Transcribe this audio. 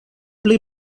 pli